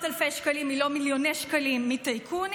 אלפי שקלים אם לא מיליוני שקלים מטייקונים,